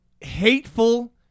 hateful